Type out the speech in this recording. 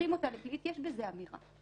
כשהופכים אותה לפלילית יש בזה אמירה.